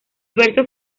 verso